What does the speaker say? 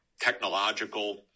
technological